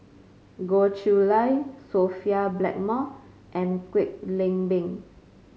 Goh Chiew Lye Sophia Blackmore and Kwek Leng Beng